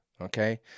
Okay